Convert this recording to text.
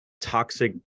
toxic